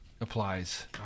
applies